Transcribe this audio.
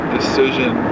decision